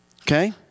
Okay